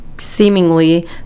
seemingly